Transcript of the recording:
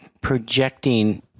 projecting